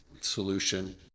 solution